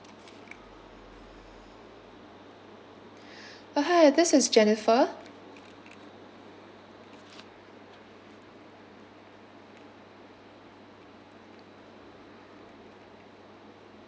uh hi this is jennifer